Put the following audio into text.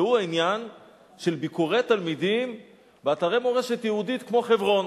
והיא העניין של ביקורי תלמידים באתרי מורשת יהודית כמו חברון.